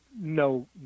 No